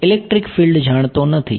હું electric field જાણતો નથી